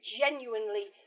genuinely